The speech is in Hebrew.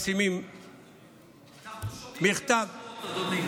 כשמפרסמים מכתב, אנחנו שומעים בין השורות, אדוני.